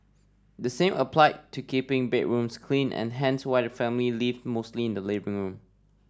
the same applied to keeping bedrooms clean and hence why the family lived mostly in the living room